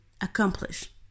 accomplish